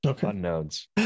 unknowns